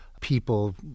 people